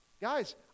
Guys